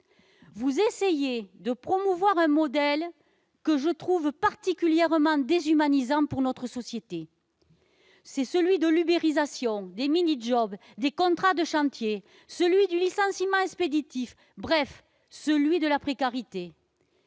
Vous essayez de promouvoir un modèle que je trouve particulièrement déshumanisant pour notre société : celui de l'ubérisation, des « mini-jobs », des contrats de chantier, celui du licenciement expéditif, bref celui de la précarité.